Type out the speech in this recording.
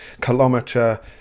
kilometer